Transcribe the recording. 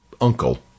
uncle